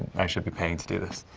i should be paying to do this.